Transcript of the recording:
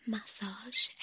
Massage